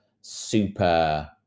super